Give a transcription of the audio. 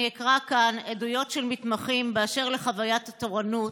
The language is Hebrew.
אני אקרא כאן עדויות של מתמחים באשר לחוויית התורנות.